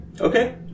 Okay